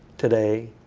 today,